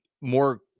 more